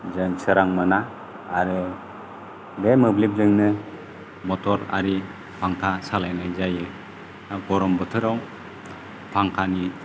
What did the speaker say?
जों सोरां मोना आरो बे मोब्लिबजोंनो मटर आरि फांखा सालायनाय जायो गरम बोथोराव फांखानि